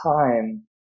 time